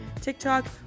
TikTok